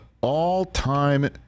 all-time